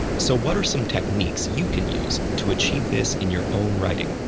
so what are some techniques you can use to achieve this in your own writing?